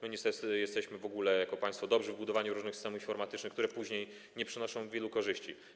My jesteśmy w ogóle jako państwo dobrzy w budowaniu różnych systemów informatycznych, które później nie przynoszą wielu korzyści.